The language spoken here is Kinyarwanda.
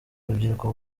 urubyiruko